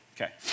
Okay